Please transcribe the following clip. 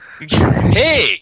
Hey